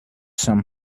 some